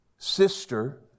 Sister